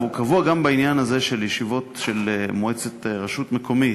והוא קבוע גם בעניין הזה של ישיבות של מועצת רשות מקומית,